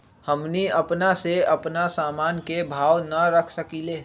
हमनी अपना से अपना सामन के भाव न रख सकींले?